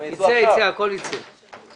אם